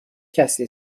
کسی